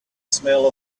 smell